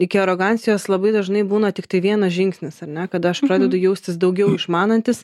iki arogancijos labai dažnai būna tiktai vienas žingsnis ar ne kada aš pradedu jaustis daugiau išmanantis